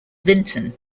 vinton